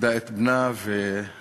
שאיבדה את בנה וקראה